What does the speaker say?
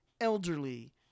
elderly